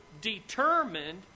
determined